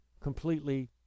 completely